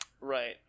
Right